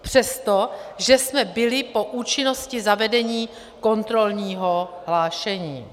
Přesto, že jsme byli po účinnosti zavedení kontrolního hlášení.